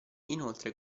inoltre